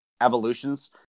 evolutions